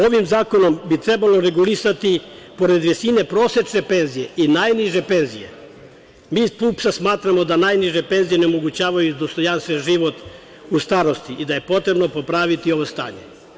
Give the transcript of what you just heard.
Ovim zakonom bi trebalo regulisati, pored visine prosečne penzije i najniže penzije, mi iz PUPS-a smatramo da najniže penzije ne omogućavaju dostojanstven život u starosti i da je potrebno popraviti ovo stanje.